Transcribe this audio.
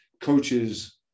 coaches